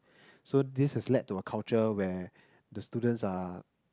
so this has led to a culture where the students are